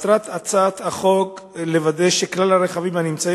מטרת הצעת החוק היא לוודא שכלל הרכבים הנמצאים